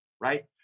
right